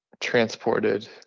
transported